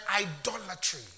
idolatry